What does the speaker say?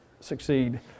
succeed